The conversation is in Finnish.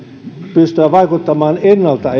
pystyä vaikuttamaan ennalta